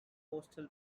postal